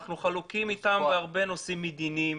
אנחנו חלוקים איתם בהרבה נושאים מדיניים,